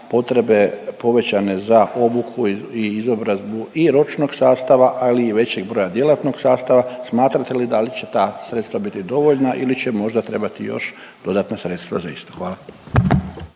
potrebe povećane za obuku i izobrazbu i ročnog sastava, ali i većeg broja djelatnog sastava, smatrate li da li će ta sredstva biti dovoljna ili će možda trebati još dodatna sredstva za isto? Hvala.